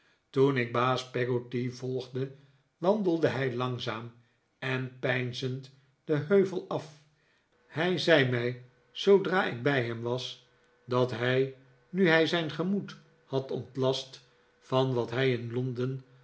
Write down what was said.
toen ik baas peggotty volgde wandelde hij langzaam en peinzend den heuvel af hij zei mij zoodra ik bij hem was dat hij nu hij zijn gemoed had ontlast van wat hij in londen